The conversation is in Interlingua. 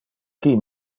qui